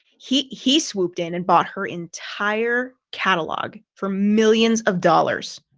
he he swooped in and bought her entire catalog for millions of dollars.